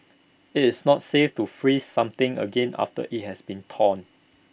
IT is not safe to freeze something again after IT has been thawed